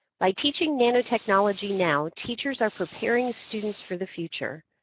by teaching nanotechnology now, teachers are preparing students for the future.